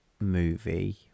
movie